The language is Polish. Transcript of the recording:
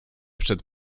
przed